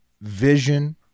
Vision